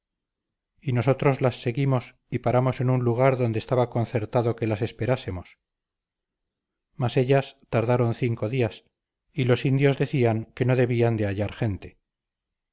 y nosotros las seguimos y paramos en un lugar donde estaba concertado que las esperásemos mas ellas tardaron cinco días y los indios decían que no debían de hallar gente